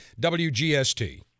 WGST